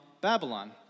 Babylon